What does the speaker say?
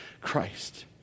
Christ